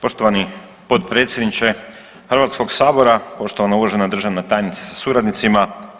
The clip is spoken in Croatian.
Poštovani potpredsjedniče HS-a, poštovana uvažena državna tajnice sa suradnicima.